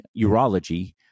urology